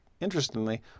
interestingly